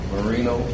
Marino